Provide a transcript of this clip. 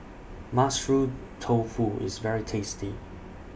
Mushroom Tofu IS very tasty